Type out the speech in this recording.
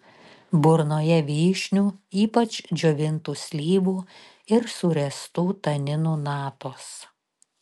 burnoje vyšnių ypač džiovintų slyvų ir suręstų taninų natos